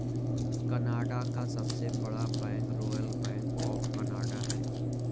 Canada का सबसे बड़ा bank royal bank of Canada है